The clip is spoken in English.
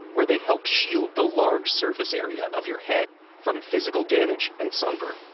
where they help shield the large surface area of your head from physical damage and sunburn.